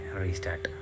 restart